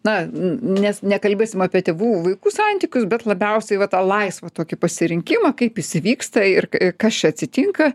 na n nes nekalbėsim apie tėvų vaikų santykius bet labiausiai va tą laisvą tokį pasirinkimą kaip jis įvyksta ir kas čia atsitinka